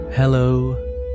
Hello